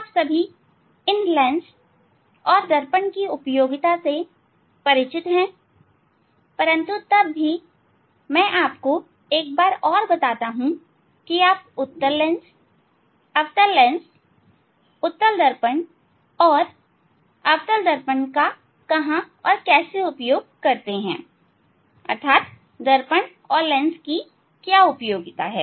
आप सभी इन लेंस और दर्पण की उपयोगिता से परिचित हैं परंतु तब भी मैं आपको एक बार और बताता हूं कि उत्तल लेंस अवतल लेंस उत्तल दर्पण और अवतल दर्पण के क्या उपयोग है अर्थात दर्पण और लेंस की क्या उपयोगिता है